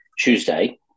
Tuesday